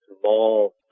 small